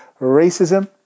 racism